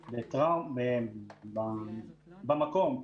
במקום,